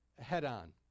head-on